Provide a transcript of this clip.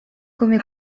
come